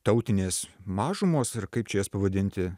tautinės mažumos ar kaip čia jas pavadinti